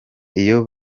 iyo